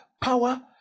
power